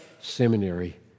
seminary